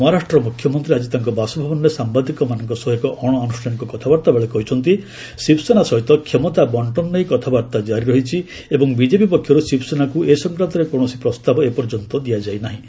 ମହାରାଷ୍ଟ୍ର ମୁଖ୍ୟମନ୍ତ୍ରୀ ଆଜି ତାଙ୍କ ବାସଭବନରେ ସାମ୍ଭାଦିକମାନଙ୍କ ସହ ଏକ ଅଣଆନୁଷ୍ଠାନିକ କଥାବାର୍ତ୍ତା ବେଳେ କହିଛନ୍ତି ଶିବସେନା ସହିତ କ୍ଷମତା ବଙ୍କନ ନେଇ କଥାବାର୍ତ୍ତା ଜାରି ରହିଛି ଏବଂ ବିଜେପି ପକ୍ଷରୁ ଶିବସେନାକୁ ଏ ସଂକ୍ରାନ୍ତ କୌଣସି ପ୍ରସ୍ତାବ ଏପର୍ଯ୍ୟନ୍ତ ଦିଆଯାଇ ନାହିଁ